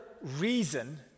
reason